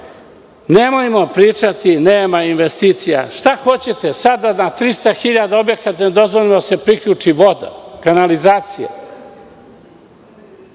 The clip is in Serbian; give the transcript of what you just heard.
radi. Nemojmo pričati nema investicija. Šta hoćete? Sada je na 300.000 objekata dozvoljeno da se priključi voda, kanalizacija.